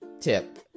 Tip